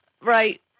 Right